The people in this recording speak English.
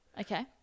Okay